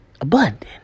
abundant